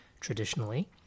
traditionally